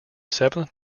seventh